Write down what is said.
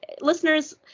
Listeners